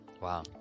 Wow